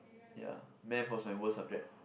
ya math was my worst subject